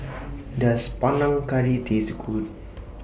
Does Panang Curry Taste Good